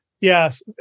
Yes